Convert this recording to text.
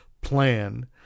plan